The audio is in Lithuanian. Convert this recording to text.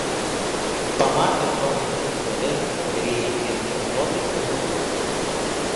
pamatę stovinčią izabelę kareiviai ėmė šypsotis ir mojuoti